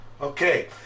Okay